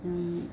जों